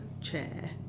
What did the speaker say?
chair